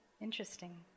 Interesting